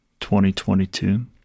2022